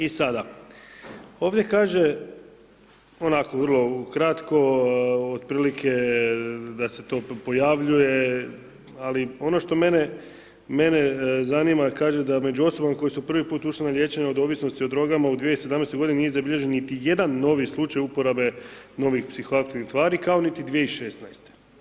I sada, ovdje kaže onako vrlo kratko otprilike da se to pojavljuje, ali ono što mene, mene zanima, kaže da među ostalom koji su prvi put ušli na liječenje od ovisnosti o drogama u 2017. nije zabilježen niti jedan novi slučaj uporabe novih psihoaktivnih tvari kao niti 2016.